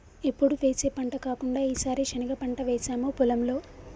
ఎప్పుడు వేసే పంట కాకుండా ఈసారి శనగ పంట వేసాము పొలంలో